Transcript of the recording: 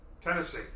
Tennessee